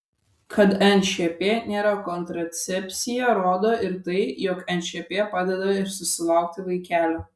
kad nšp nėra kontracepcija rodo ir tai jog nšp padeda ir susilaukti vaikelio